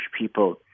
people